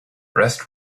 rest